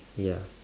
ya